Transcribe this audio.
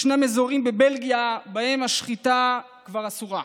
ישנם אזורים בבלגיה שבהם השחיטה כבר אסורה,